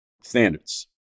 standards